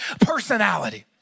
personality